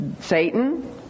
Satan